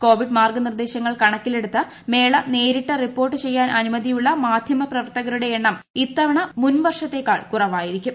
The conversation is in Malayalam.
കോവിഡ് മാർഗനിർദ്ദേശങ്ങൾ കണക്കിലെടുത്ത് മേള നേരിട്ട് റിപ്പോർട്ട് ചെയ്യാൻ അനുമതിയുള്ള മാധ്യമപ്രവർത്തകരുടെ എണ്ണം ഇത്തവണ മുൻവർഷങ്ങളേക്കാൾ കുറവായിരിക്കും